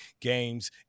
games